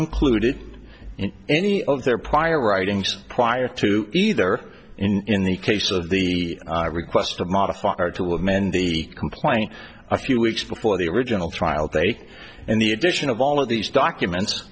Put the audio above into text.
included in any of their prior writings prior to either in the case of the request of modify or to amend the complaint a few weeks before the original trial date and the addition of all of these documents